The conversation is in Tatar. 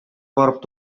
барып